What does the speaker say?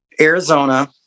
Arizona